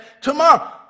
tomorrow